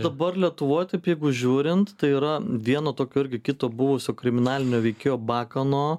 dabar lietuvoj taip jeigu žiūrint tai yra vieno tokio irgi kito buvusio kriminalinio veikėjo bakano